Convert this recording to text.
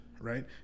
Right